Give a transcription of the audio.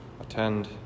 attend